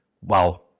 wow